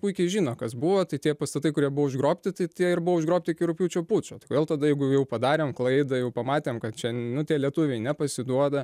puikiai žino kas buvo tai tie pastatai kurie buvo užgrobti tai tie ir buvo užgrobti iki rugpjūčio pučo tai kodėl tada jeigu jau padarėm klaidą jau pamatėm kad čia nu tie lietuviai nepasiduoda